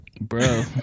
bro